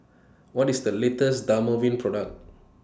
What IS The latest Dermaveen Product